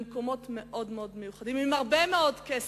במקומות מאוד-מאוד מיוחדים, עם הרבה מאוד כסף,